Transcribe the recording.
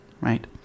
right